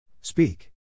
Speak